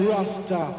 Rasta